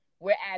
Whereas